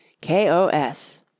K.O.S